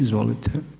Izvolite.